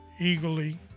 eagerly